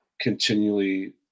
continually